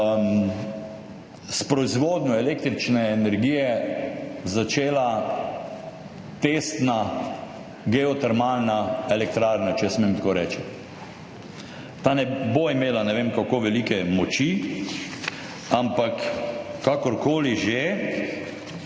s proizvodnjo električne energije začela testna geotermalna elektrarna, če smem tako reči. Ta ne bo imela ne vem kako velike moči, ampak kakorkoli že,